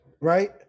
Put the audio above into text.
Right